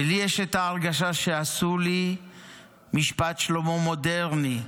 ולי יש את ההרגשה שעשו לי משפט שלמה מודרני,